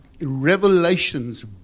revelations